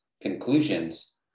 Conclusions